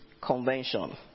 Convention